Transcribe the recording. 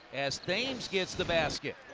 as thames gets the basket.